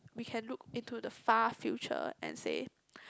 we can look into the far future and say